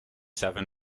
seven